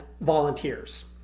volunteers